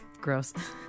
Gross